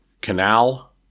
canal